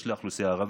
יש לאוכלוסייה הערבית,